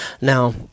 Now